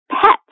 pets